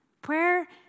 Prayer